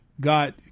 god